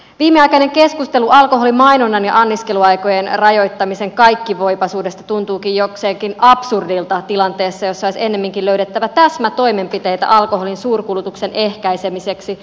viimeaikainen keskustelu alkoholimainonnan ja anniskeluaikojen rajoittamisen kaikkivoipaisuudesta tuntuukin jokseenkin absurdilta tilanteessa jossa olisi ennemminkin löydettävä täsmätoimenpiteitä alkoholin suurkulutuksen ehkäisemiseksi